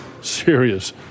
serious